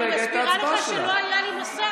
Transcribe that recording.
אני מסבירה לך שלא היה לי מסך.